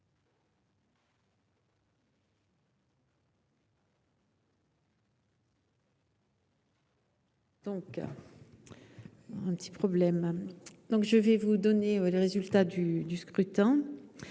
Donc un petit problème, donc je vais vous donner les résultats du du scrutin,